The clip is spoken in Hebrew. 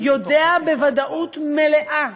יודע בוודאות מלאה.